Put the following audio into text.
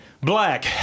Black